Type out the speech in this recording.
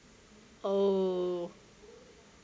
oh